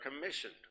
commissioned